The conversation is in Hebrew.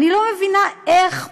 אני לא מבינה איך פלמירה,